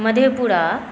Madhepura